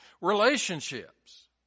Relationships